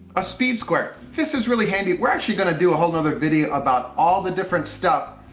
a speed square. this is really handy. we're actually going to do a whole other video about all the different stuff.